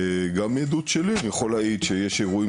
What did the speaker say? וגם מעדות שלי אני יכול להעיד שיש אירועים